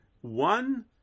one